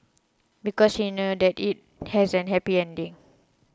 because he knows that it has a happy ending